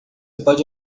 pode